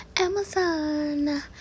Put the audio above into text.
Amazon